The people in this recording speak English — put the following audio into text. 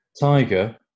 Tiger